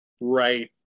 right